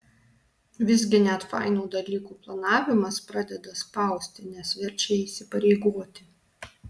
visgi net fainų dalykų planavimas pradeda spausti nes verčia įsipareigoti